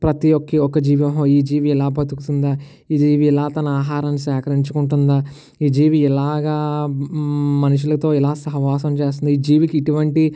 ప్రతి ఒక్క జీవి ఈ జీవి ఇలా బ్రతుకుంతుందా ఈ జీవి ఇలా తన ఆహారాన్ని సేకరించుకుంటుందా ఈ జీవి ఇలాగా మనుషులతో ఇలా సహవాసం చేస్తుందా ఈ జీవికి ఇటువంటి